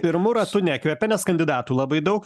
pirmu ratu nekvepia nes kandidatų labai daug